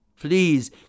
please